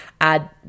add